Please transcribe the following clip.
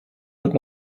heute